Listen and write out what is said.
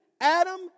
Adam